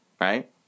right